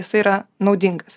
jisai yra naudingas